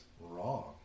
wrong